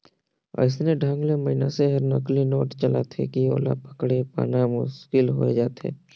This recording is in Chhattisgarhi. अइसन ढंग ले मइनसे हर नकली नोट चलाथे कि ओला पकेड़ पाना मुसकिल होए जाथे